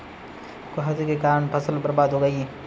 कुहासे के कारण फसल बर्बाद हो गयी